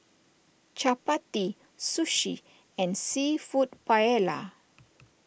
Chapati Sushi and Seafood Paella